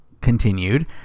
continued